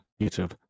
YouTube